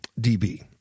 dB